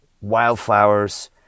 wildflowers